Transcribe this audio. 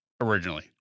originally